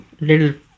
little